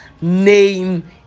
name